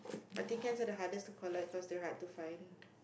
but tin cans are the hardest to collect cause they are hard to find